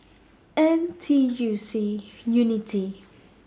N T U C Unity